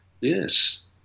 Yes